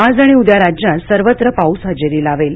आज आणि उद्या राज्यात सर्वत्र पाऊस हजेरी लावेल